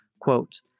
quote